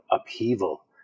upheaval